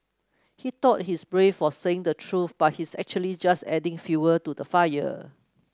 he thought he's brave for saying the truth but he's actually just adding fuel to the fire